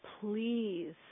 please